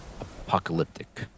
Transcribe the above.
apocalyptic